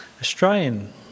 Australian